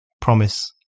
promise